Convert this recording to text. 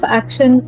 action